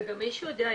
וגם מישהו יודע,